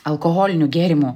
alkoholinių gėrimų